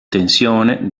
tensione